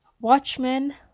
Watchmen